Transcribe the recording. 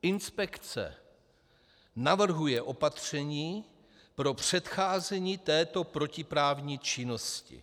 Inspekce navrhuje opatření pro předcházení této protiprávní činnosti.